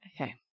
Okay